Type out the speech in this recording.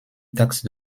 taxe